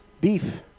beef